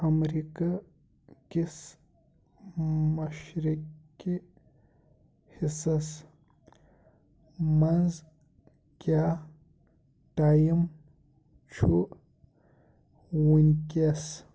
امریکہٕ کِس مشرِکہِ حِصَس منٛز کیاہ ٹایم چھُ وٕنکیٚس ؟